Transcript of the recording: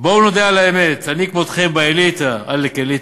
"בואו נודה על האמת: אני כמותכם באליטה" עלק אליטה,